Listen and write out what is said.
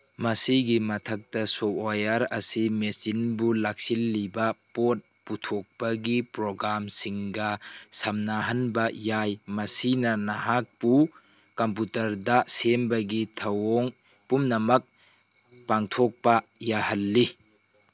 ꯃꯁꯤꯒꯤ ꯃꯊꯛꯇ ꯁꯣꯞꯋꯥꯌꯔ ꯑꯁꯤ ꯃꯦꯆꯤꯟꯕꯨ ꯂꯥꯛꯁꯤꯜꯂꯤꯕ ꯄꯣꯠ ꯄꯨꯊꯣꯛꯄꯒꯤ ꯄ꯭ꯔꯣꯒꯥꯝꯁꯤꯡꯒ ꯁꯝꯅꯍꯟꯕ ꯌꯥꯏ ꯃꯁꯤꯅ ꯅꯍꯥꯛꯄꯨ ꯀꯝꯄꯨꯇꯔꯗ ꯁꯦꯝꯕꯒꯤ ꯊꯧꯑꯣꯡ ꯄꯨꯝꯅꯃꯛ ꯄꯥꯡꯊꯣꯛꯄ ꯌꯥꯍꯜꯂꯤ